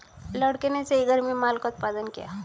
लड़के ने सही घर में माल का उत्पादन किया